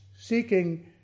seeking